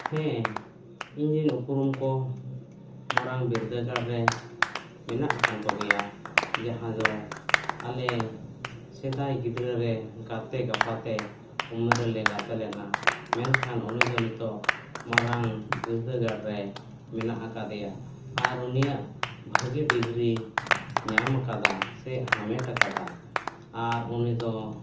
ᱦᱮᱸ ᱤᱧᱨᱮᱱ ᱩᱯᱨᱩᱢ ᱠᱚ ᱢᱟᱨᱟᱝ ᱵᱤᱨᱫᱟᱹᱜᱟᱲ ᱨᱮ ᱢᱮᱱᱟᱜ ᱟᱠᱟᱫ ᱠᱚᱜᱮᱭᱟ ᱡᱟᱦᱟᱸᱭ ᱫᱚ ᱟᱞᱮ ᱥᱮᱫᱟᱭ ᱜᱤᱫᱽᱨᱟᱹ ᱨᱮ ᱜᱟᱛᱮ ᱜᱟᱯᱟᱛᱮ ᱩᱢᱟᱹᱨ ᱨᱮᱞᱮ ᱜᱟᱛᱮ ᱞᱮᱱᱟ ᱢᱮᱱᱠᱷᱟᱱ ᱩᱱᱤ ᱫᱚ ᱱᱤᱛᱚᱜ ᱢᱟᱨᱟᱝ ᱵᱤᱨᱫᱟᱹᱜᱟᱲ ᱨᱮ ᱢᱮᱱᱟᱜ ᱟᱠᱟᱫᱮᱭᱟ ᱟᱨ ᱩᱱᱤᱭᱟᱜ ᱵᱷᱟᱜᱮ ᱰᱤᱜᱽᱨᱤ ᱧᱟᱢ ᱠᱟᱫᱟ ᱥᱮ ᱦᱟᱢᱮᱴ ᱠᱟᱫᱟ ᱟᱨ ᱩᱱᱤ ᱫᱚ